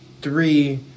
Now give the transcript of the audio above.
three